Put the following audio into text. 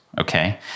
okay